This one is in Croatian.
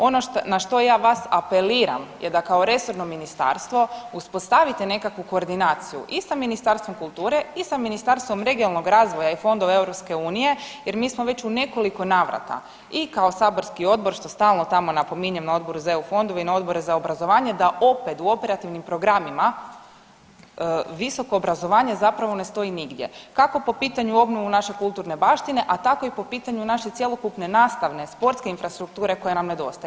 Ono na što ja vas apeliram je da kao resorno ministarstvo uspostavite nekakvu koordinaciju i sa Ministarstvom kulture i sa Ministarstvom regionalnog razvoja i fondova Europske unije jer mi smo već u nekoliko navrata i kao saborski odbor što stalno tamo napominjem na Odboru za EU fondove i na Odboru za obrazovanje da opet u operativnim programima visoko obrazovanje zapravo ne stoji nigdje kako po pitanju obnove naše kulturne baštine, a tako i po pitanju naše cjelokupne nastavne, sportske infrastrukture koja nam nedostaje.